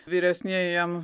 vyresnieji jam